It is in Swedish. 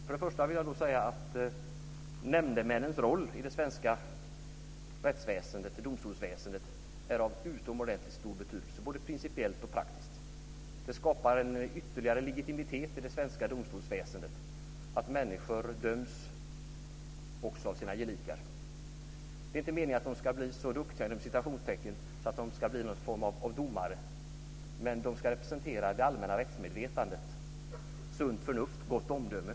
Först och främst vill jag säga att nämndemännens roll i det svenska domstolsväsendet är av utomordentligt stor betydelse, både principiellt och praktiskt. Det skapar en ytterligare legitimitet i det svenska domstolsväsendet att människor döms också av sina gelikar. Det är inte meningen att de ska bli så "duktiga" att de blir någon form av domare, men de ska representera det allmänna rättsmedvetandet, sunt förnuft och gott omdöme.